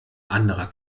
anderer